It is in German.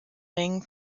mengen